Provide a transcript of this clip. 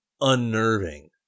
unnerving